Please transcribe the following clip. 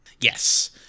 Yes